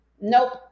nope